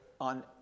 on